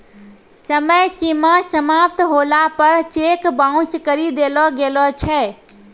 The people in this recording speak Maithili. समय सीमा समाप्त होला पर चेक बाउंस करी देलो गेलो छै